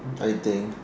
I think